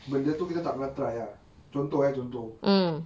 benda tu kita tak pernah try ah contoh eh contoh